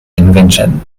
invention